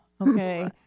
Okay